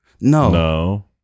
No